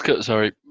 sorry